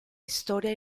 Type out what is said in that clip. historia